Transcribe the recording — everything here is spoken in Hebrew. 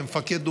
כמפקד אוגדה,